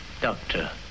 Doctor